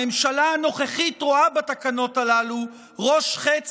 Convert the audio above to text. הממשלה הנוכחית רואה בתקנות הללו ראש חץ